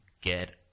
get